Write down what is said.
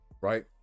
right